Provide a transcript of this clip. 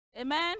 amen